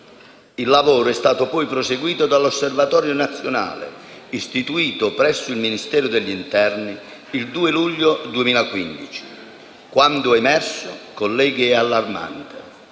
Il lavoro è stato poi proseguito dall'Osservatorio nazionale istituito presso il Ministero dell'interno il 2 luglio 2015. Quanto è emerso, colleghi, è allarmante.